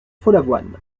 follavoine